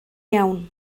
iawn